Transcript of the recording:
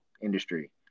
industry